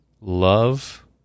love